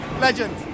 Legend